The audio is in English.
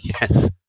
Yes